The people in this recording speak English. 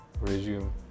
resume